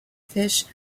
fish